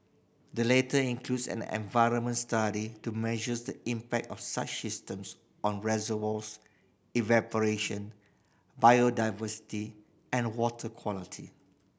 the latter includes an environmental study to measure the impact of such systems on reservoirs evaporation biodiversity and water quality